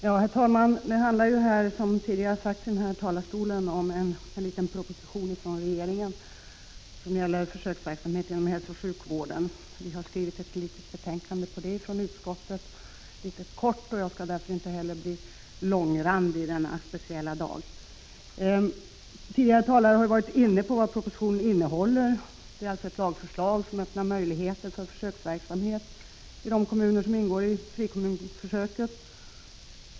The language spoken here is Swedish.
Herr talman! Detta betänkande handlar, som tidigare talare har sagt, om en proposition från regeringen som gäller försöksverksamhet inom hälsooch sjukvård. Utskottet har med anledning av denna proposition skrivit ett betänkande. Det är ett kort betänkande, och jag skall därför inte bli långrandig denna speciella dag. Tidigare talare har redogjort för propositionens innehåll. Den gäller ett lagförslag som öppnar möjlighet för försöksverksamhet i de kommuner som ingår i frikommunsförsöket.